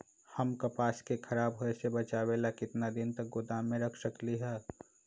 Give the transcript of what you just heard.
हम कपास के खराब होए से बचाबे ला कितना दिन तक गोदाम में रख सकली ह?